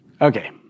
Okay